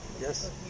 Yes